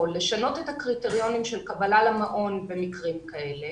לשנות את הקריטריונים של קבלה למעון במקרים כאלה